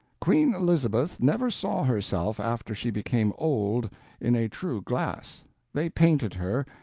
queen elizabeth never saw herself after she became old in a true glass they painted her,